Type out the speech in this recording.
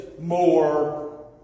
more